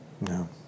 No